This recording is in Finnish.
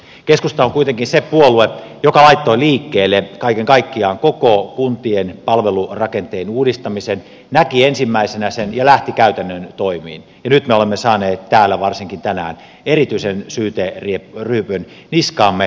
keskusta on kuitenkin se puolue joka laittoi liikkeelle kaiken kaikkiaan koko kuntien palvelurakenteen uudistamisen näki ensimmäisenä sen ja lähti käytännön toimiin ja nyt me olemme saaneet täällä varsinkin tänään erityisen syyteryöpyn niskaamme